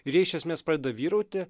ir jie iš esmės pradeda vyrauti